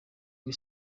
b’i